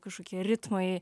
kažkokie ritmai